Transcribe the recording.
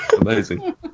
Amazing